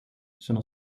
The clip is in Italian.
sono